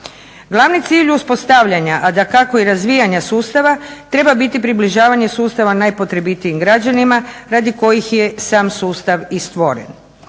Glavni cilj uspostavljanja, a dakako i razvijanja sustava, treba biti približavanje sustava najpotrebitijim građanima radi kojih je sam sustav i stvoren.